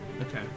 Okay